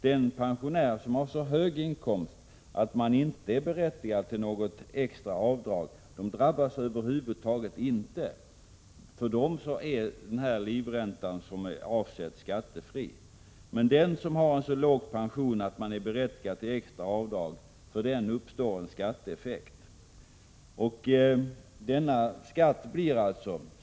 De pensionärer som har så höga inkomster att de inte är berättigade till något extra avdrag drabbas över huvud taget inte. För dem är den här livräntan skattefri. Men för dem som har en så låg pension att de är berättigade till extra avdrag uppstår en skatteeffekt. Skatten som uppstår till följd av denna effekt blir Prot.